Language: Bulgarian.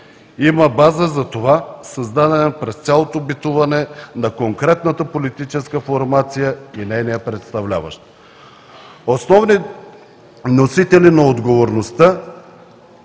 Има база за това, създадена през цялото битуване на конкретната политическа формация и нейния представляващ. Основни носители на отговорността,